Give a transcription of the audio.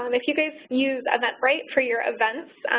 um if you guys use eventbrite for your events,